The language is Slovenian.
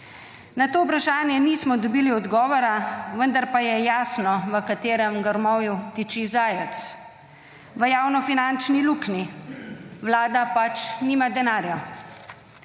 Na to vprašanje nismo dobili odgovora, vendar pa je jasno, v katerem grmovju tiči zajec. V javnofinančni luknji. Vlada pač nima denarja.